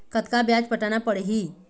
कतका ब्याज पटाना पड़ही?